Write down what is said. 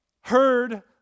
Heard